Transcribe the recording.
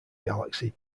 galaxy